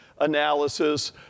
analysis